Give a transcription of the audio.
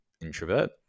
introvert